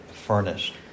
furnished